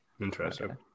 interesting